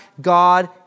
God